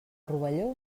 rovelló